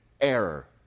error